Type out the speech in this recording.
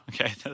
okay